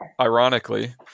ironically